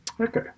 Okay